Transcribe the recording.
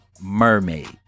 Mermaid